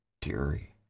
Terry